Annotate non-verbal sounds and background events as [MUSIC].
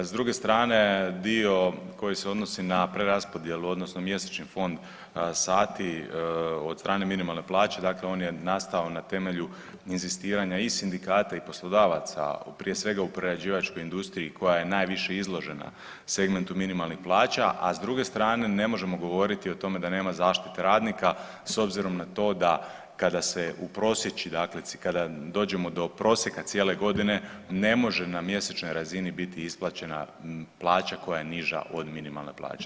S druge strane, dio koji se odnosi na preraspodjelu odnosno mjesečni fond sati od strane minimalne plaće, dakle on je nastao na temelju inzistiranja i sindikata i poslodavaca, prije svega u prerađivačkoj industriji koja je najviše izložena segmentu minimalnih plaća, a s druge strane, ne možemo govoriti o tome da nema zaštite radnika, s obzirom na to da kada se ... [UNINTELLIGIBLE] dakle kada dođemo do prosjeka cijele godine, ne može na mjesečnoj razini biti isplaćena plaća koja je niža od minimalne plaće.